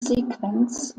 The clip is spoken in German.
sequenz